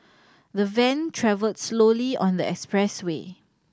the van travels slowly on the expressway